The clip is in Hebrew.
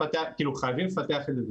חייבים לפתח את זה,